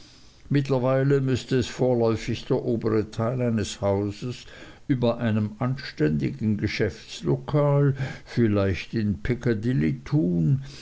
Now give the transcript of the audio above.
mittlerweile müßte es vorläufig der obere teil eines hauses über einem anständigen geschäftslokal vielleicht in piccadilly tun